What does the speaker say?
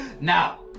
Now